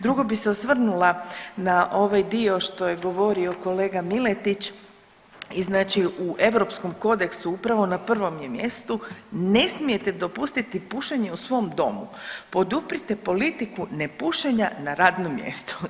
Drugo bi se osvrnula na ovaj dio što je govorio kolega Miletić i znači u Europskom kodeksu upravo na prvom je mjestu, ne mijete dopustiti pušenje u svom domu, poduprite politiku nepušenja na radnom mjestu.